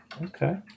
Okay